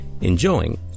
enjoying